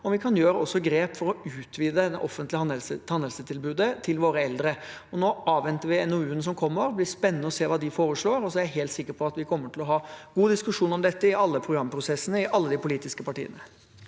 om vi kan ta grep for å utvide det offentlige tannhelsetilbudet til våre eldre. Nå avventer vi NOU-en som kommer. Det blir spennende å se hva man der foreslår, og så er jeg helt sikker på at vi kommer til å ha en god diskusjon om dette i alle programprosessene i alle de politiske partiene.